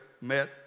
met